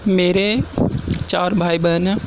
میرے چار بھائی بہن ہیں